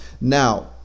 Now